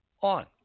on